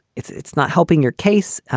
it's it's not helping your case.